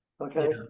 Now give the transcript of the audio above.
okay